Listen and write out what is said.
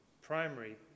primary